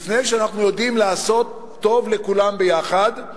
לפני שאנחנו יודעים לעשות טוב לכולם יחד,